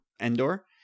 Endor